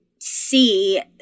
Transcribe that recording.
see